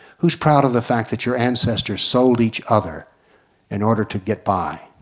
who's proud of the fact that your ancestors sold each other in order to get by?